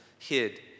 hid